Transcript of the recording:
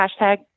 hashtag